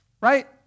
Right